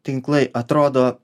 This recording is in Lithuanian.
tinklai atrodo